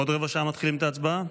בעוד רבע שעה מתחילים את ההצבעה?